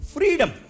Freedom